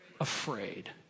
Afraid